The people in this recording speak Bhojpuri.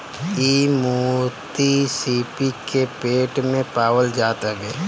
इ मोती सीपी के पेट में पावल जात हवे